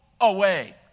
away